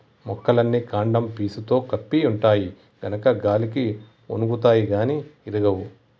మొక్కలన్నీ కాండం పీసుతో కప్పి ఉంటాయి గనుక గాలికి ఒన్గుతాయి గాని ఇరగవు